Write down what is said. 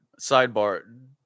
Sidebar